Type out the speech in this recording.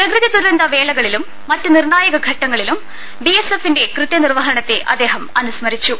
പ്രകൃതിദുരന്ത വേളകളിലും മറ്റ് നിർണായക ഘട്ടങ്ങളിലും ബിഎസ്എഫിന്റെ കൃത്യനിർവ്വഹണത്തെ അദ്ദേഹം അനുസ്മ രിച്ചു